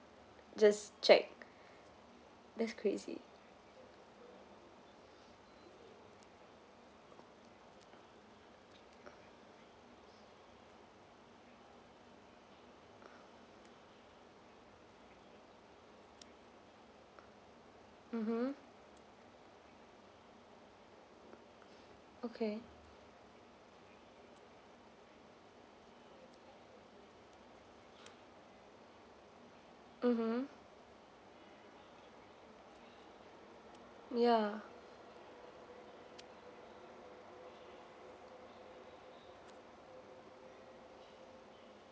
just check that's crazy mmhmm okay mmhmm yeah